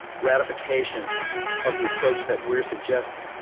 ratification of the approach that we're suggesting.